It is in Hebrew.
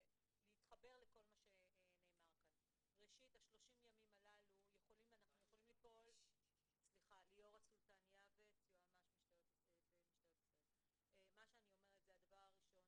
להתחבר לכל מה שנאמר כאן מה שאני אומרת זה הדבר הראשון